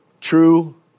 true